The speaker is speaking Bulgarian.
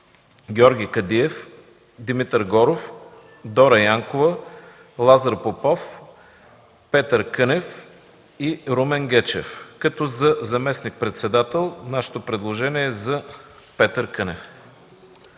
Георги Кадиев, Димитър Горов, Дора Янкова, Лазар Попов, Петър Кънев и Румен Гечев. За заместник-председател нашето предложение е за Петър Кънев.